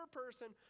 person